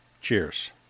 cheers